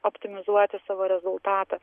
optimizuoti savo rezultatą